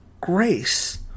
grace